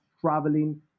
traveling